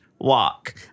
Walk